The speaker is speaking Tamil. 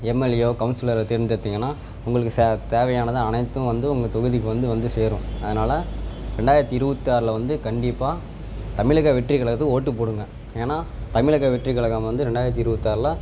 எம்எல்ஏயோ கவுன்சிலரை தேர்ந்தெடுத்தீங்கன்னால் உங்களுக்கு ச தேவையானதை அனைத்தும் வந்து உங்கள் தொகுதிக்கு வந்து வந்து சேரும் அதனால் ரெண்டாயிரத்தி இருபத்தி ஆறில் வந்து கண்டிப்பாக தமிழக வெற்றி கழகத்துக்கு ஓட்டுப் போடுங்கள் ஏன்னா தமிழக வெற்றி கலகம் வந்து ரெண்டாயிரத்தி இருபத்தாறுல